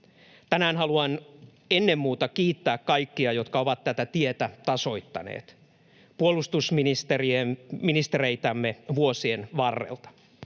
Tänään haluan ennen muuta kiittää kaikkia, jotka ovat tätä tietä tasoittaneet, puolustusministereitämme vuosien varrelta.